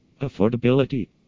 Affordability